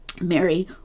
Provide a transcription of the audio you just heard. Mary